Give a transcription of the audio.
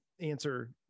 answer